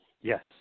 Yes